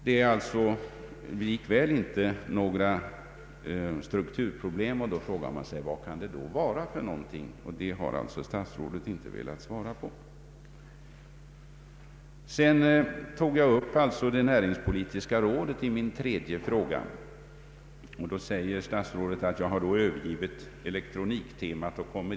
Det rör sig alltså inte om några strukturproblem, varför man givetvis frågar sig vad det kan vara. Det har statsrådet inte velat svara på. I min tredje fråga tog jag upp det näringspolitiska rådet, varvid statsrådet säger alt jag övergivit elektroniktemat.